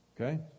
Okay